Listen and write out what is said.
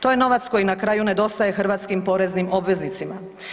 To je novac koji na kraju nedostaje hrvatskim poreznim obveznicima.